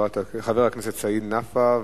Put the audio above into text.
חבר הכנסת סעיד נפאע,